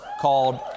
called